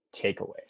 takeaways